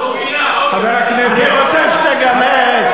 חבר הכנסת מוזס,